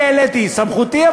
תגיד: אני העליתי, סמכותי.